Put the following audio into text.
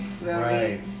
Right